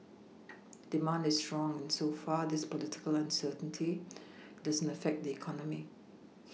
demand is strong and so far this political uncertainty doesn't affect the economy